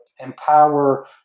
Empower